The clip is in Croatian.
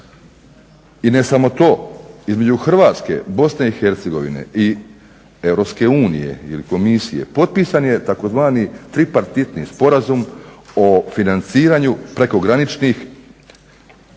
I ne samo to, između Hrvatske, BiH i Europske unije ili komisije potpisan je tzv. Tripartitni sporazum o financiranju prekograničnih